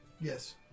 yes